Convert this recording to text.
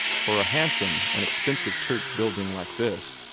for a handsome and expensive church building like this,